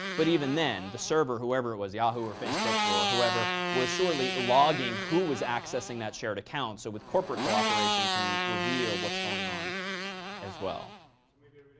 but even then, the server, whoever it was, yahoo or facebook or whoever, was surely logging who was accessing that shared account. so with corporate cooperation can you reveal what's going on as well. audience so maybe